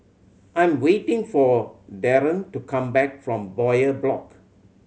I'm waiting for Dereon to come back from Bowyer Block